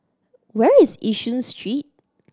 where is Yishun Street